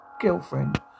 girlfriend